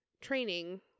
training